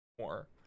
more